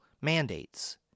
mandates